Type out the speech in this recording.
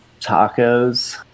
tacos